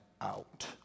out